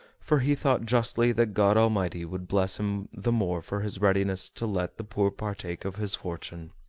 for he thought justly that god almighty would bless him the more for his readiness to let the poor partake of his fortune.